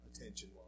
attention